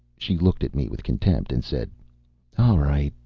she looked at me with contempt and said all right.